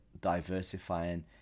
diversifying